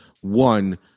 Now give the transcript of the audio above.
One